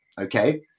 okay